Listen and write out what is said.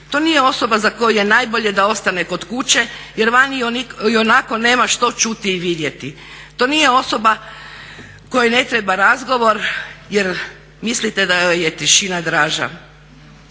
to nije osoba za koju je najbolje da ostane kod kuće jer vani ionako nema što čuti i vidjeti, to nije osoba kojoj ne treba razgovor jer mislite da joj je tišina draža.